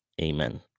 Amen